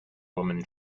woman